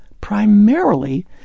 primarily